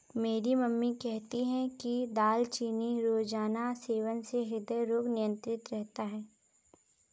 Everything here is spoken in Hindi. मेरी मम्मी कहती है कि दालचीनी रोजाना सेवन से हृदय रोग नियंत्रित रहता है